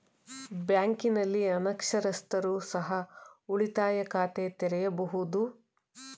ಬ್ಯಾಂಕಿನಲ್ಲಿ ಅನಕ್ಷರಸ್ಥರು ಸಹ ಉಳಿತಾಯ ಖಾತೆ ತೆರೆಯಬಹುದು?